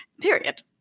period